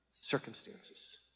circumstances